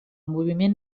moviment